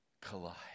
collide